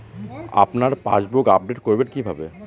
আপনার passbook update করবেন কিভাবে?